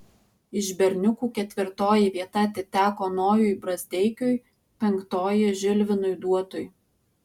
iš berniukų ketvirtoji vieta atiteko nojui brazdeikiui penktoji žilvinui duotui